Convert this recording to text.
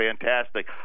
fantastic